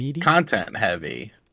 content-heavy